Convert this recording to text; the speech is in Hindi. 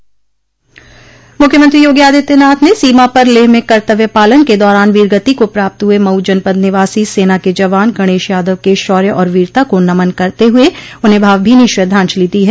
मुख्यमंत्री योगी आदित्यनाथ ने सीमा पर लेह में कर्तव्य पालन के दौरान वीरगति को प्राप्त हुए मऊ जनपद निवासी सेना के जवान गणेश यादव के शौर्य और वीरता को नमन करते हुए उन्हें भावभीनी श्रद्धाजंलि दी है